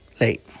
Late